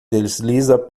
desliza